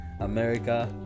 America